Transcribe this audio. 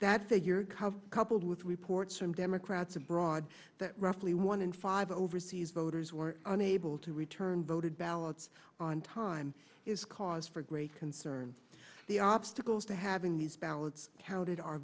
cover coupled with reports from democrats abroad that roughly one in five overseas voters were unable to return voted ballots on time is cause for great concern the obstacles to having these ballots counted are